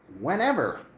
whenever